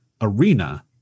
arena